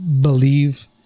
believe